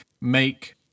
make